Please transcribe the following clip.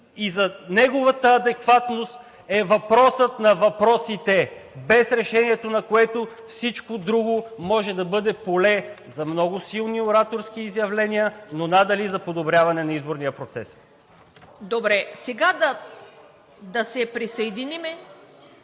и за неговата адекватност е въпросът на въпросите, без решението на което всичко друго може да бъде поле за много силни ораторски изявления, но надали за подобряване на изборния процес. ПРЕДСЕДАТЕЛ ТАТЯНА